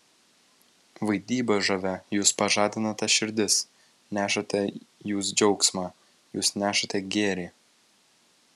vaidyba žavia jūs pažadinate širdis nešate jūs džiaugsmą jūs nešate gėrį